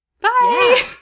Bye